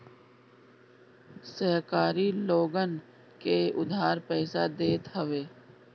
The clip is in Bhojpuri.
सहकारी लोगन के उधार पईसा देत हवे